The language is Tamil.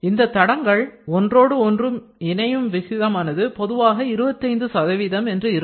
இந்த தடங்க்ள் ஒன்றோடு ஒன்று இணையும் விகிதமானது பொதுவாக 25 சதவீதம் என்று இருக்கும்